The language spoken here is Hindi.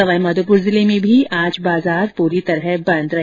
सवाई माधोपुर जिले में भी आज बाजार पूरी तरह बंद रहे